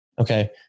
Okay